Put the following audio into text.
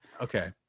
Okay